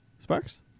Sparks